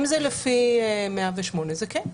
אם זה לפי 108, זה כן.